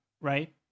right